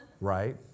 Right